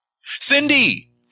Cindy